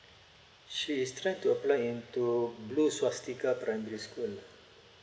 she is try to apply into blue softical primary school